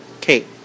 Kate